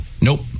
nope